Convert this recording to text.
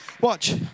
Watch